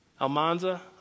Almanza